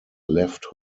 left